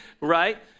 Right